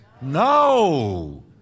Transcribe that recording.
No